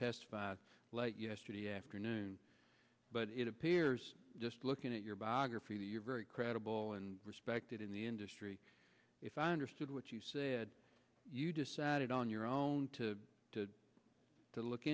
testify late yesterday afternoon but it appears just looking at your biography that you're very credible and respected in the industry if i understood what you said you decided on your own to to look